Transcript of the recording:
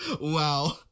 Wow